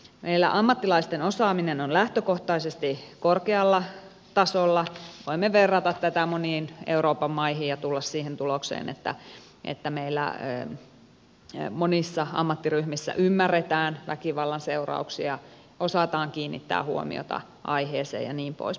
meillä ammattilaisten osaaminen on lähtökohtaisesti korkealla tasolla voimme verrata tätä moniin euroopan maihin ja tulla siihen tulokseen että meillä monissa ammattiryhmissä ymmärretään väkivallan seurauksia osataan kiinnittää huomiota aiheeseen ja niin poispäin